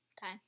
time